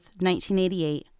1988